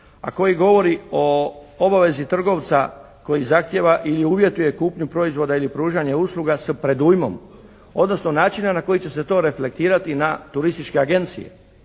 a koji govori o obavezi trgovca koji zahtjeva ili uvjetuje kupnju proizvoda ili pružanje usluga s predujmom odnosno načina na koji će se to reflektirati na turističke agencije.